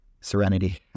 serenity